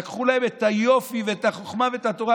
לקחו להם את היופי ואת החוכמה ואת התורה.